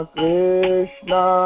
Krishna